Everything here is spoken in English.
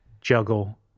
juggle